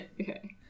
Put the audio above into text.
Okay